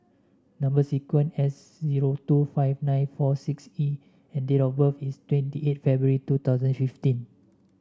number sequence S zero two five nine four six E and date of birth is twenty eight February two thousand fifteen